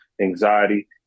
anxiety